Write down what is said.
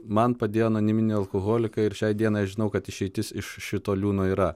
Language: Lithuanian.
man padėjo anoniminiai alkoholikai ir šiai dienai aš žinau kad išeitis iš šito liūno yra